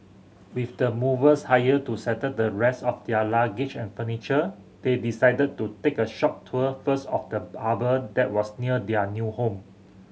with the movers hired to settle the rest of their luggage and furniture they decided to take a short tour first of the that was near their new home